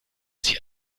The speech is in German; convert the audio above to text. sich